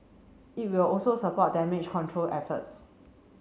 it will also support damage control efforts